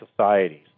societies